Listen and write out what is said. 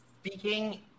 speaking